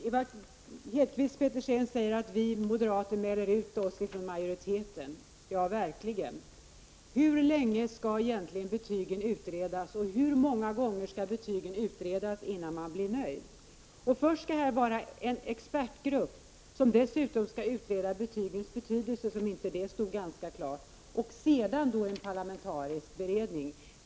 Herr talman! Ewa Hedkvist Petersen säger att vi moderater mäler ut oss från majoriteten. Ja, verkligen! Hur länge skall egentligen betygen utredas, och hur många gånger skall betygen utredas, innan man blir nöjd? Först skall här vara en expertgrupp — som dessutom skall utreda betygens betydelse, som om inte detta stod ganska klart — och sedan skall det vara en parlamentarisk beredning.